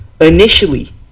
initially